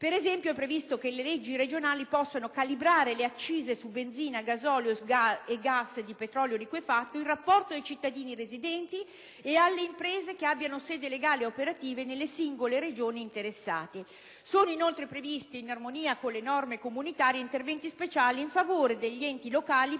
Per esempio, è previsto che le leggi regionali possano calibrare le accise sulla benzina, sul gasolio e sul gas di petrolio liquefatto, in rapporto ai cittadini residenti e alle imprese che abbiano sede legale e operativa nelle singole Regioni interessate. Sono inoltre previsti, in armonia con le norme comunitarie, interventi speciali in favore degli enti locali